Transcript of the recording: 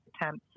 attempts